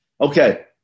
Okay